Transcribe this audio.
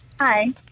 hi